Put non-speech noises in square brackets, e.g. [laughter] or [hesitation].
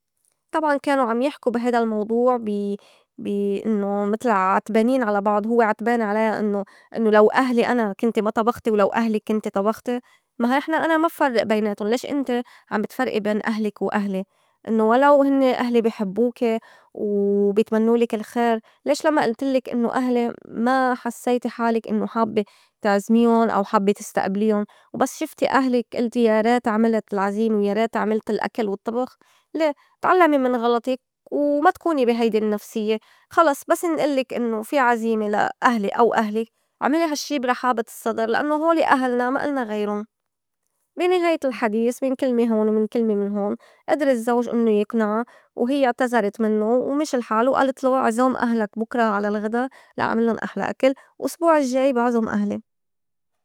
طبعاً كانو عم يحكو بي هيدا الموضوع بي- بي إنّو متل عتبانين على بعض هوّ عتبان عليا إنّو- إنّو لو أهلي أنا كنتي ما طبختي ولو أهلك كنتي طبختي ما هاي نحن أنا ما بفرّئ بيناتُن ليش إنتي عم بتفرئي بين أهلك وأهلي؟ إنّو ولو هنّي أهلي بي حبّوكي و [hesitation] بيتمنّولك الخير ليش لمّا ألتلّك إنّو أهلي ما حسّيتي حالك إنّو حابّة تعزميُن أو حابّة تستئبليُن؟ وبس شفتي أهلك ألتي يا ريت عملت العزيمة ويا ريت عملت الأكل والطّبخ لي؟ تعلّمي من غلطك و [hesitation] ما تكوني بي هيدي النفسيّة خلص بس نألّك إنّو في عزيمة لا أهلي أو أهلك عملي هالشّي بي رحابة الصّدر لأنّو هولي أهلنا ما إلنا غيرُن. بي نهاية الحديس من كلمة هون ومن كلمة من هون أدر الزّوج إنّو يقنعا وهيّ اعتزرت منّو ومشي الحال وآلتلو عزوم أهلك بُكرا على الغدا لا أعملُّن أحلى أكل وأسبوع الجّاي بعزُم أهلي.